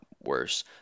worse